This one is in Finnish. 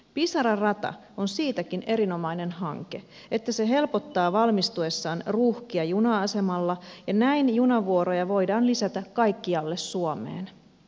pisara rata on siitäkin erinomainen hanke että se helpottaa valmistuessaan ruuhkia juna asemalla ja näin junavuoroja voidaan lisätä kaikkialle suomeen